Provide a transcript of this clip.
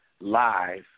Live